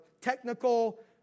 technical